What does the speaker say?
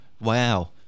Wow